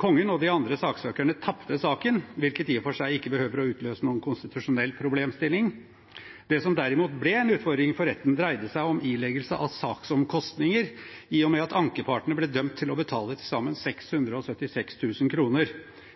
Kongen og de andre saksøkerne tapte saken, hvilket i og for seg ikke behøver å utløse noen konstitusjonell problemstilling. Det som derimot ble en utfordring for retten, dreide seg om ileggelse av saksomkostninger, i og med at ankepartene ble dømt til å betale til sammen 676 000 kr –